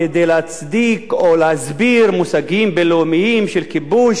מושגים בין-לאומיים של כיבוש לפי החוק הישראלי,